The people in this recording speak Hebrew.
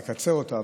אני אקצר אותה,